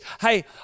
hey